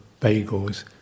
bagels